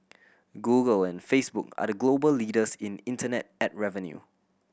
Google and Facebook are the global leaders in internet ad revenue